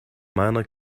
meiner